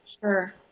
Sure